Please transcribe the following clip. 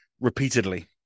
repeatedly